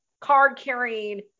card-carrying